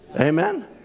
Amen